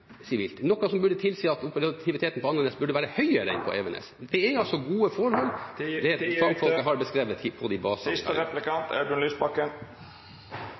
sivilt – noe som burde tilsi at operativiteten på Andenes burde være enn høyere enn på Evenes. Det er altså gode forhold